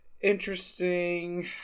interesting